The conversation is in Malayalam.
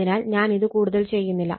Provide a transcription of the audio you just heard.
അതിനാൽ ഞാൻ ഇത് കൂടുതൽ ചെയ്യുന്നില്ല